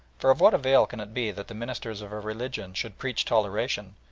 for of what avail can it be that the ministers of a religion should preach toleration,